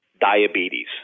diabetes